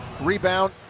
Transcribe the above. Rebound